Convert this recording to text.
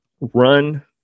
run